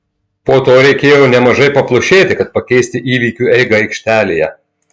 po to reikėjo nemažai paplušėti kad pakeisti įvykių eigą aikštelėje